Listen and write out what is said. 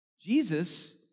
Jesus